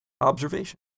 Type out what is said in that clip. observation